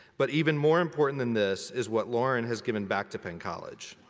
but even more important than this is what lauren has given back to penn college.